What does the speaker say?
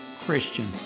Christian